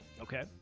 Okay